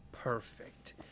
Perfect